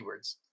keywords